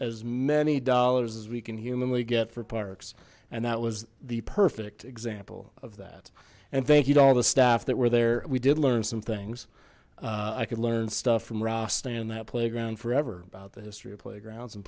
as many dollars as we can humanly get for parks and that was the perfect example of that and thank you to all the staff that were there we did learn some things i could learn stuff from ralph stand in that playground forever about the history of playgrounds and